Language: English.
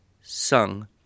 sung